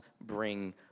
bring